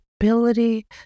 ability